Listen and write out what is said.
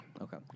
Okay